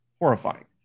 horrifying